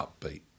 upbeat